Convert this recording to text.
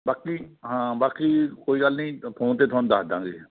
ਬਾਕੀ ਹਾਂ ਬਾਕੀ ਕੋਈ ਗੱਲ ਨਹੀਂ ਫੋਨ 'ਤੇ ਤੁਹਾਨੂੰ ਦੱਸ ਦੇਵਾਂਗੇ